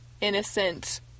innocent